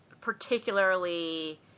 particularly